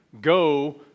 Go